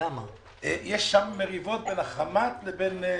יש מריבות בין החמ"ת לבין המשרד.